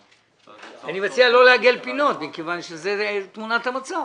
אני מציע לא לעגל פינות מכיוון שזאת תמונת המצב.